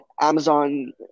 Amazon